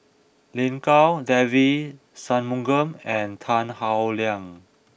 Lin Gao Devagi Sanmugam and Tan Howe Liang